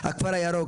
"הכפר הירוק",